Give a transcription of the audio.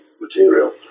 material